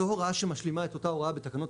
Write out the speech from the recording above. זו הוראה שמשלימה את אותה הוראה בתקנות